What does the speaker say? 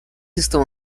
estão